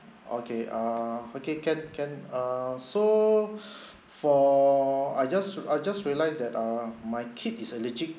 okay err okay can can err so for I just I just realised that err my kid is allergic